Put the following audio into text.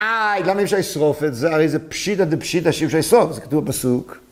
איי, למה אי אפשר לשרוף את זה? הרי זה פשיטא דפשיטא שאי אפשר לשרוף. זה כתוב בפסוק.